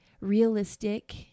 realistic